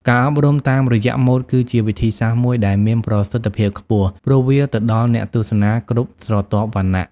ការអប់រំតាមរយៈម៉ូដគឺជាវិធីសាស្ត្រមួយដែលមានប្រសិទ្ធភាពខ្ពស់ ព្រោះវាទៅដល់អ្នកទស្សនាគ្រប់ស្រទាប់វណ្ណៈ។